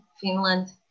Finland